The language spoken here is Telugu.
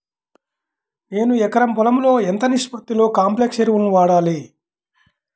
నేను ఎకరం పొలంలో ఎంత నిష్పత్తిలో కాంప్లెక్స్ ఎరువులను వాడాలి?